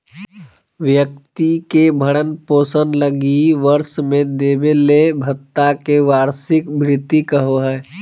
व्यक्ति के भरण पोषण लगी वर्ष में देबले भत्ता के वार्षिक भृति कहो हइ